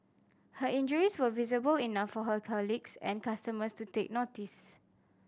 her injuries were visible enough for her colleagues and customers to take notice